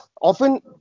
often